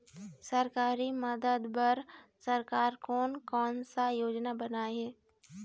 सरकारी मदद बर सरकार कोन कौन सा योजना बनाए हे?